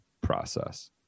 process